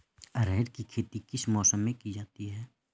अरहर की खेती किस मौसम में की जाती है?